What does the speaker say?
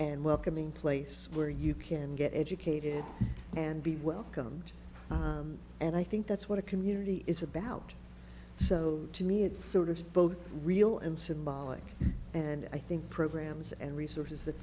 and welcoming place where you can get educated and be welcomed and i think that's what a community is about so to me it's sort of both real and symbolic and i think programs and resources that